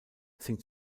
singt